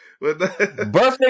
Birthday